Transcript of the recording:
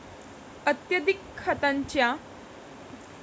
अत्यधिक खतांचा वापर करून राजूने आपले शेत उध्वस्त केले